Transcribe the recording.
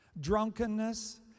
drunkenness